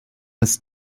this